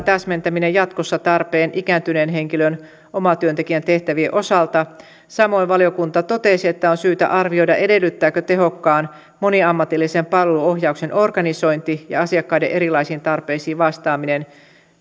täsmentäminen jatkossa tarpeen ikääntyneen henkilön omatyöntekijän tehtävien osalta samoin valiokunta totesi että on syytä arvioida edellyttääkö tehokkaan moniammatillisen palveluohjauksen organisointi ja asiakkaiden erilaisiin tarpeisiin vastaaminen